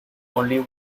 only